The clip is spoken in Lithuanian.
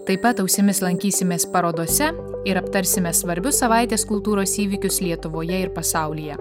taip pat ausimis lankysimės parodose ir aptarsime svarbius savaitės kultūros įvykius lietuvoje ir pasaulyje